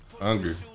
Hungry